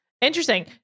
Interesting